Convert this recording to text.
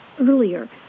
earlier